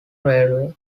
railway